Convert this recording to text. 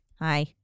Hi